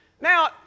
Now